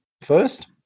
first